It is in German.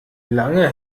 lange